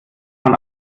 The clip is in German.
man